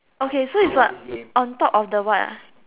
okay so is what on top of the what